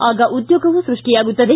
ಆಗ ಉದ್ಯೋಗವೂ ಸೃಷ್ಟಿಯಾಗುತ್ತದೆ